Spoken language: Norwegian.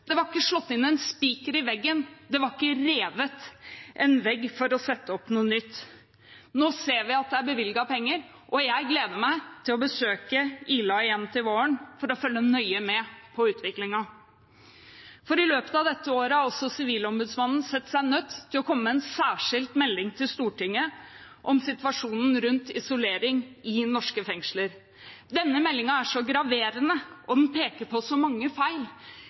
det var ikke slått inn en spiker i veggen, og det var ikke revet en vegg for å sette opp noe nytt. Nå ser vi at det er bevilget penger, og jeg gleder meg til å besøke Ila igjen til våren for å følge nøye med på utviklingen. For i løpet av dette året har Sivilombudsmannen sett seg nødt til å komme med en særskilt melding til Stortinget om situasjonen rundt isolasjon i norske fengsler. Denne meldingen er så graverende, og den peker på så mange feil